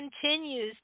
continues